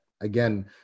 again